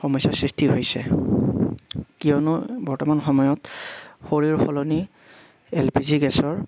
সমস্যাৰ সৃষ্টি হৈছে কিয়নো বৰ্তমান সময়ত শৰীৰ সলনি এল পি জি গেছৰ